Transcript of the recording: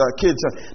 kids